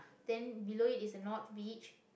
then below is a north-beach